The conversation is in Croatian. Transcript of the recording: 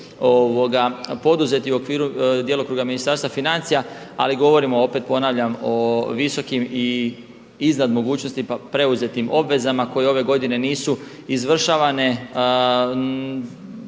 koje su poduzete u okviru djelokruga Ministarstva financija, ali govorim opet ponavljam o visokim i iznad mogućnosti preuzetim obvezama koje ove godine nisu izvršavane